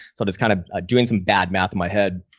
so that's kind of doing some bad math in my head.